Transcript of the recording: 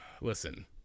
Listen